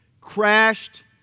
crashed